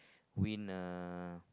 win a